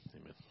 Amen